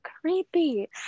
creepy